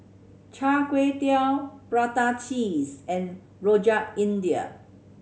Char Kway Teow prata cheese and Rojak India